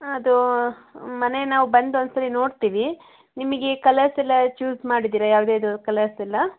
ಅದು ಮನೆಗೆ ನಾವು ಬಂದು ಒನ್ ಸಲ ನೋಡ್ತೀವಿ ನಿಮಗೆ ಕಲರ್ಸ್ ಎಲ್ಲ ಚೂಸ್ ಮಾಡಿದೀರಾ ಯಾವ್ದು ಯಾವುದು ಕಲರ್ಸ್ ಎಲ್ಲ